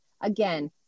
Again